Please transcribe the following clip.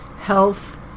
health